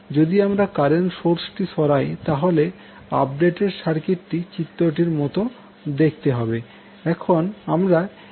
যদি আমরা কারেন্ট সোর্সটি সরাই তাহলে আপডেটেড সার্কিটটি চিত্রটির মতো দেখতে হবে